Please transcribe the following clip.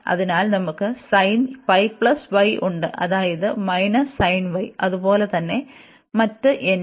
അതിനാൽ നമുക്ക് ഉണ്ട് അതായത് അതുപോലെ തന്നെ മറ്റ് n നും